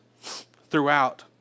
throughout